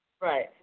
Right